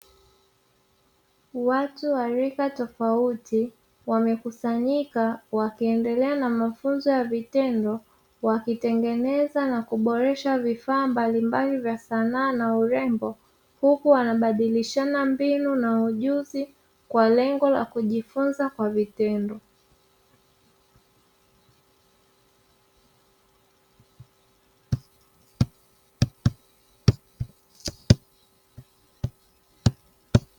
Watu wa rika tofauti, wamekusanyika wakiendelea na mafunzo ya vitendo, wakitengeneza na kuboresha vifaa mbalimbali vya sanaa na urembo, huku wanabadilishana mbinu na ujuzi kwa lengo la kujifunza kwa vitendo.